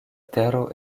tero